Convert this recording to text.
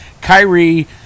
Kyrie